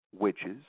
witches